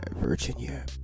Virginia